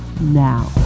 now